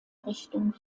richtung